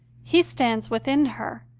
he stands within her,